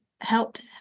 helped